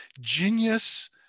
genius